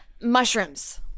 mushrooms